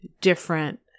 different